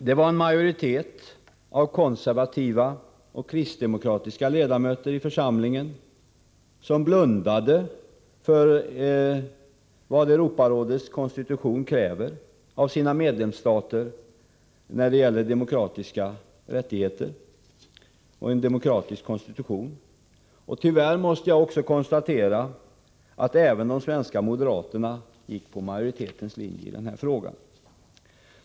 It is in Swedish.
Det var en majoritet av konservativa och kristdemokratiska ledamöter i församlingen som blundade för vad Europarådets konstitution kräver av sina medlemsstater när det gäller demokratiska rättigheter och en demokratisk konstitution. Tyvärr måste jag konstatera att de svenska moderaterna följde majoritetens linje i den här frågan.